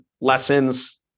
lessons